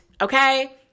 okay